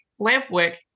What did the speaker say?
Lampwick